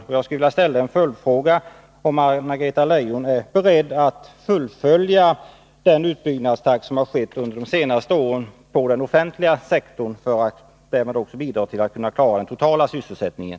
Jag skulle därför vilja ställa en följdfråga: Är Anna-Greta Leijon beredd att fullfölja utbyggnaden på den offentliga sektorn i samma takt som under de senaste åren för att därmed bidra till att klara den totala sysselsättningen?